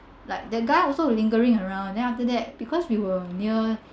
like the guy also lingering around then after that because we were near